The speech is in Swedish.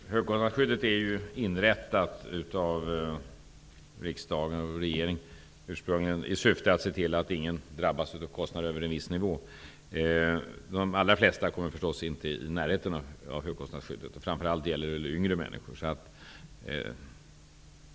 Herr talman! Högkostnadsskyddet är inrättat av riksdagen ursprungligen i syfte att se till att ingen drabbas av kostnader över en viss nivå. De allra flesta kommer förstås inte i närheten av den nivån. Det gäller framför allt yngre människor.